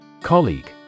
Colleague